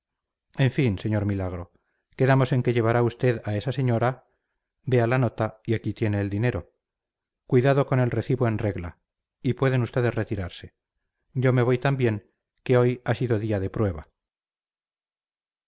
en fin señor milagro quedamos en que llevará usted a esa señora vea la nota y aquí tiene el dinero cuidado con el recibo en regla y pueden ustedes retirarse yo me voy también que hoy ha sido día de prueba